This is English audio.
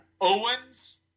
Owens